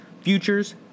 futures